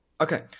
Okay